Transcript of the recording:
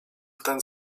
ten